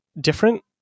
different